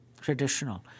traditional